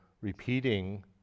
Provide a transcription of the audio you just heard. repeating